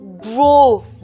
grow